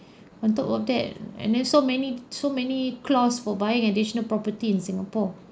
on top of that and then so many so many clause for buying additional property in singapore